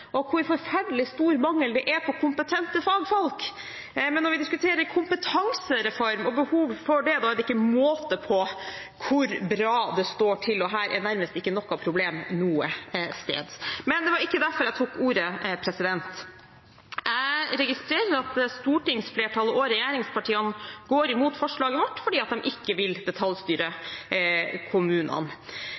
og hvor forferdelig stor mangel det er på kompetente fagfolk. Men når vi diskuterer kompetansereform og behov for den, er det ikke måte på hvor bra det står til, og det er nærmest ikke noen problemer noe sted. Men det var ikke derfor jeg tok ordet. Jeg registrerer at stortingsflertallet og regjeringspartiene går imot forslaget vårt fordi de ikke vil detaljstyre kommunene.